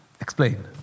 explain